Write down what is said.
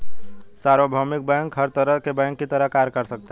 सार्वभौमिक बैंक हर तरह के बैंक की तरह कार्य कर सकता है